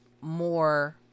more